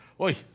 Oi